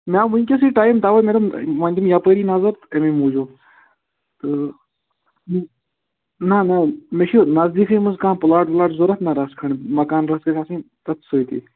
نہَ وُنکیٚنسٕے ٹایم تَوے تَوے مےٚ دوٚپ وۅنۍ دِمہٕ یپٲری نَظر تَمے موٗجوٗب تہٕ نہَ نہَ مےٚ چھُ نٔزدیٖکٕے منٛز کانٛہہ پُلاٹ وُلاٹ ضروٗرت نہَ رژھ کھنٛڈ مَکان رژھا گژھِ آسُن تٔتۍ سٍتی